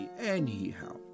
Anyhow